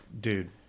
dude